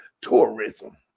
tourism